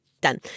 done